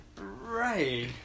Right